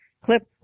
clip